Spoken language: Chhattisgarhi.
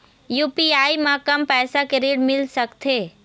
यू.पी.आई म कम पैसा के ऋण मिल सकथे?